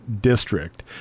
District